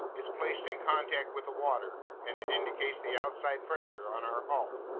it's placed in contact with the water, and it indicates the outside pressure on our hull,